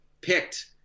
picked